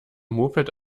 moped